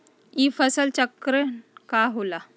ई फसल चक्रण का होला?